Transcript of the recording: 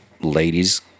ladies